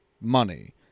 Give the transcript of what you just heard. money